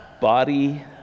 Body